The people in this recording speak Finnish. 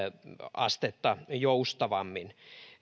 astetta joustavammin